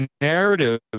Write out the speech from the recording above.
narrative